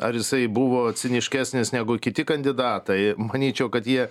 ar jisai buvo ciniškesnis negu kiti kandidatai manyčiau kad jie